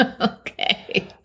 okay